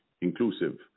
inclusive